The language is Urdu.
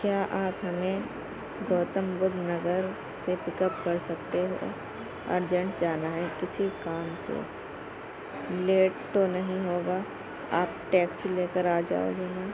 کیا آپ ہمیں گوتم بدھ نگر سے پک اپ کرسکتے ہو ارجنٹ جانا ہے کسی کام سے لیٹ تو نہیں ہوگا آپ ٹیكسی لے كر آجاؤ گے نہ